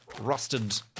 rusted